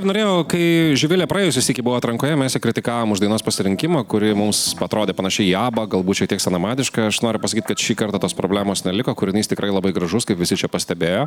norėjau kai živilė praėjusį sykį buvo atrankoje mes ją kritikavom už dainos pasirinkimą kuri mums atrodė panaši į aba galbūt šiek tiek senamadiška aš noriu pasakyt kad šį kartą tos problemos neliko kūrinys tikrai labai gražus kaip visi čia pastebėjo